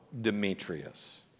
Demetrius